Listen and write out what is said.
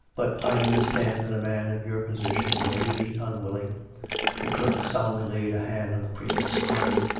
but i understand that a man of your position may be unwilling the clerk solemnly laid a hand on the priest's arm.